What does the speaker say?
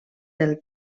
del